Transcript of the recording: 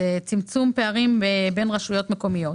צמצום פערים בין רשויות מקומיות.